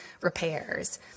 repairs